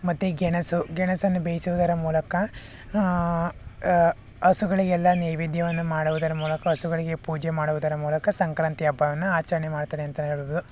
ಮತ್ತು ಗೆಣಸು ಗೆಣಸನ್ನು ಬೇಯಿಸುವುದರ ಮೂಲಕ ಹಸುಗಳಿಗೆಲ್ಲ ನೈವೇದ್ಯವನ್ನು ಮಾಡುವುದರ ಮೂಲಕ ಹಸುಗಳಿಗೆ ಪೂಜೆ ಮಾಡುವುದರ ಮೂಲಕ ಸಂಕ್ರಾಂತಿ ಹಬ್ಬವನ್ನು ಆಚರಣೆ ಮಾಡ್ತಾರೆ ಅಂತಲೇ ಹೇಳ್ಬೋದು